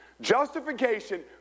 Justification